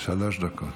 דקות.